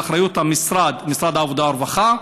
באחריות משרד העבודה והרווחה,